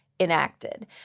enacted